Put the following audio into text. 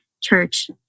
church